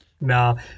No